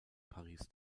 paris